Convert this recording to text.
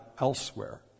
elsewhere